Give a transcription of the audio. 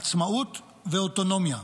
עצמאות ואוטונומיה,